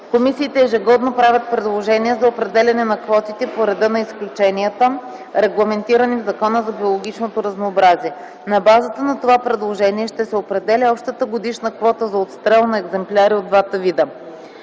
Комисиите ежегодно правят предложения за определяне на квотите по реда на изключенията, регламентирани в Закона за биологичното разнообразие. На базата на това предложение ще се определя общата годишна квота за отстрел на екземпляри от двата вида.